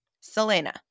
selena